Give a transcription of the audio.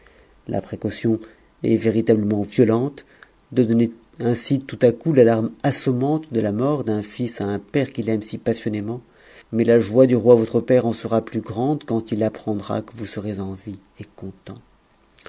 la précaution est véritablehm nt violente de donner ainsi tout à coup l'alarme assommante de a mort d'un fils à un père qui l'aime si passionnément mais la joie du roi votre père en sera plus grande quand il apprendra que vous serez en vie et content